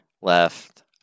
left